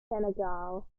senegal